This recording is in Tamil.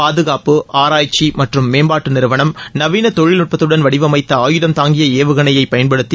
பாதுகாப்பு ஆராய்ச்சி மற்றும் மேம்பாட்டு நிறுவனம் நவீன தொழில்நுட்பத்துடன் வடிவமைத்த ஆயுதம் தாங்கிய ஏவுகணையை பயன்படுத்தி